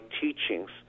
teachings